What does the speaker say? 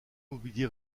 mobilier